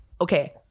okay